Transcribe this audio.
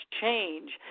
change